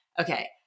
okay